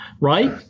right